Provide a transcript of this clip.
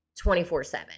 24-7